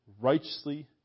righteously